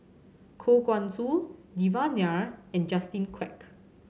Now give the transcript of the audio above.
Koh Guan Song Devan Nair and Justin Quek